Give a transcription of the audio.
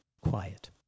quiet